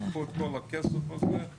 ייקחו את כל הכסף הזה,